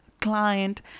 client